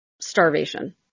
starvation